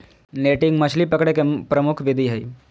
netting मछली पकडे के प्रमुख विधि हइ